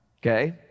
Okay